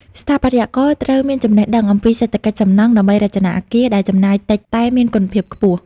ស្ថាបត្យករត្រូវមានចំណេះដឹងអំពីសេដ្ឋកិច្ចសំណង់ ដើម្បីរចនាអគារដែលចំណាយតិចតែមានគុណភាពខ្ពស់។